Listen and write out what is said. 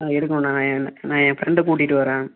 ஆ எடுக்கணுண்ணா எ அண்ணா நான் ஏன் ஃபரெண்கிட்ட கூட்டிகிட்டு வரேன்